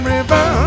River